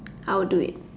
I would do it